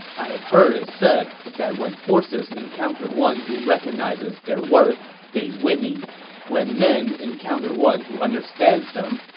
i have heard it said that when horses encounter one who recognizes their worth, they whinnie when men encounter one who understands them,